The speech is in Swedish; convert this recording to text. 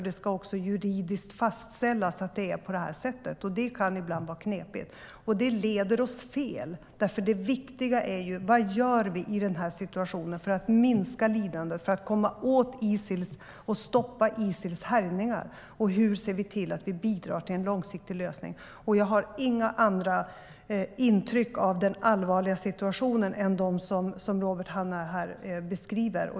Det ska också juridiskt fastställas att det är på detta sätt, och det kan ibland vara knepigt. Det leder oss fel, för det viktiga är: Vad gör vi i denna situation för att minska lidandet och för att komma åt Isil och stoppa Isils härjningar? Hur ser vi till att vi bidrar till en långsiktig lösning? Jag har inga andra intryck av den allvarliga situationen än de som Robert Hannah här beskriver.